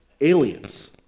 aliens